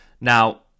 Now